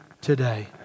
today